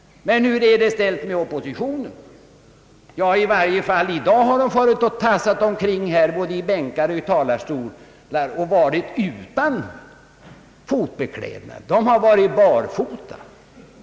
Men hur är det ställt med oppositionen? Ja, i varje fall i dag har oppositionens representanter tassat omkring här både i bänkar och i talarstol och varit utan fotbeklädnad. De har varit barfota.